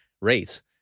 rates